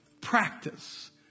practice